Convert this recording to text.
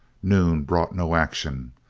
noon brought no action.